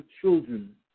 children